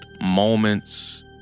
moments